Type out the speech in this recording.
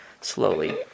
slowly